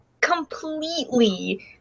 completely